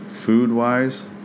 Food-wise